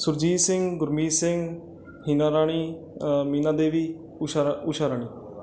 ਸੁਰਜੀਤ ਸਿੰਘ ਗੁਰਮੀਤ ਸਿੰਘ ਹੀਨਾਂ ਰਾਣੀ ਮੀਨਾ ਦੇਵੀ ਊਸ਼ਾ ਰਾ ਊਸ਼ਾ ਰਾਣੀ